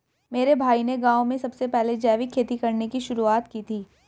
मेरे भाई ने गांव में सबसे पहले जैविक खेती करने की शुरुआत की थी